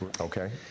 Okay